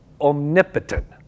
omnipotent